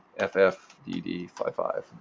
f f d d five five,